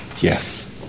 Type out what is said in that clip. yes